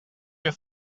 your